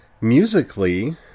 musically